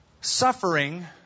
Suffering